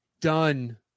done